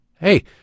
Hey